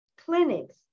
clinics